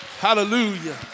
Hallelujah